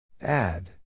Add